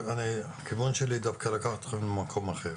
הכוונה שלי דווקא לקחת אתכם למקום אחר.